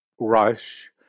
rush